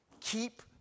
Keep